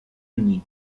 unis